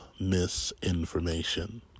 misinformation